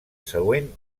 següent